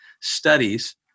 studies